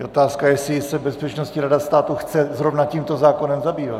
Je otázka, jestli se Bezpečnostní rada státu chce zrovna tímto zákonem zabývat.